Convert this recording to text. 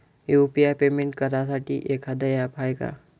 UPI payment करासाठी एखांद app हाय का?